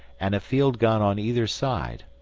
and a field gun on either side,